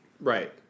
right